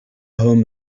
home